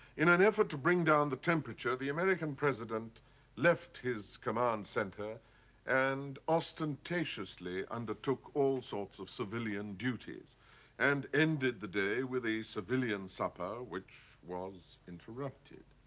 in an effort to bring down the temperature, the american president left his command center and ostentatiously undertook all sorts of civilian duties and ended the day with a civilian supper which was interrupted.